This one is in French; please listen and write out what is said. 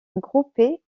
groupé